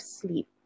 sleep